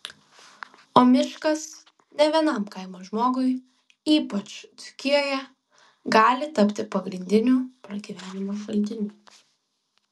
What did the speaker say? o miškas ne vienam kaimo žmogui ypač dzūkijoje gali tapti pagrindiniu pragyvenimo šaltiniu